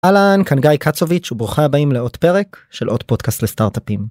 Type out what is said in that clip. אהלן כאן גיא קצוביץ' וברוכים הבאים לעוד פרק של עוד פודקאסט לסטארטאפים.